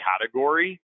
category